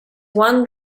one